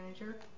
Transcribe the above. manager